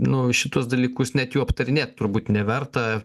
nu šitus dalykus net jų aptarinėt turbūt neverta